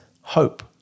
hope